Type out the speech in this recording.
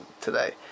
today